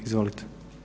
Izvolite.